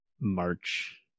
March